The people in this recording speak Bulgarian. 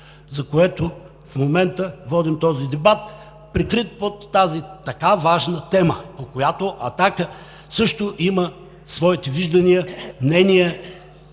за което в момента водим този дебат, прикрит под тази така важна тема, по която „Атака“ също има своите виждания, мнения.